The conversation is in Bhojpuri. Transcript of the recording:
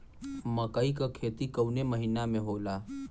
मकई क खेती कवने महीना में होला?